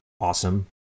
awesome